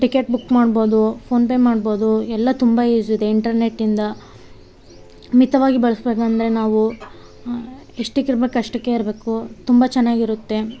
ticket book ಮಾಡ್ಬೌದು PhonePe ಮಾಡ್ಬೌದು ಎಲ್ಲ ತುಂಬ ಈಸಿ ಇದೆ ಇಂಟರ್ನೆಟ್ಯಿಂದ ಮಿತವಾಗಿ ಬಳಸ್ಬೇಕಂದ್ರೆ ನಾವು ಎಷ್ಟಿಕಿರ್ಬೆಕ್ ಅಷ್ಟಕ್ಕೇ ಇರಬೇಕು ತುಂಬ ಚೆನ್ನಾಗ್ ಇರುತ್ತೆ